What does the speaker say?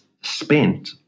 spent